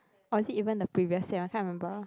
or is it even the previous year I can't remember